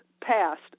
passed